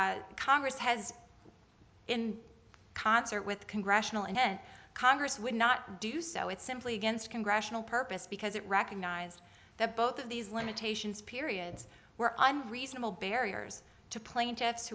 congress has in concert with congressional intent congress would not do so it's simply against congressional purpose because it recognized that both of these limitations periods where i'm reasonable barriers to plaintiffs